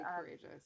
courageous